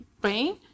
brain